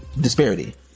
Disparity